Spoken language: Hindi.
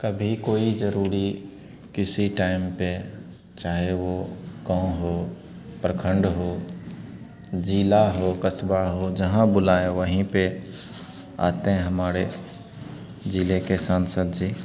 कभी कोई ज़रूरी किसी टाइम पर चाहे वह गाँव हो प्रखंड हो ज़िला हो कस्बा हो जहाँ बुलाए वही पर आते हैं हमारे ज़िले के सांसद जी